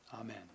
Amen